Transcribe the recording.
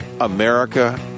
America